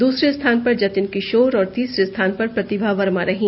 दूसरे स्थान पर जतिन किशोर और तीसरे स्थान पर प्रतिभा वर्मा रहीं